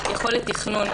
יכולת תכנון,